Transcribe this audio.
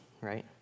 right